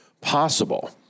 possible